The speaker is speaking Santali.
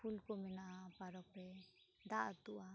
ᱯᱷᱩᱞ ᱠᱚ ᱢᱮᱱᱟᱜᱼᱟ ᱯᱟᱨᱠ ᱨᱮ ᱫᱟᱜ ᱟᱛᱩᱼᱟ